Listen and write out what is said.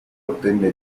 ottenne